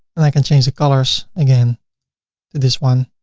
and i can change the colors again to this one.